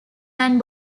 anne